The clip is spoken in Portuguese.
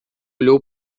olhou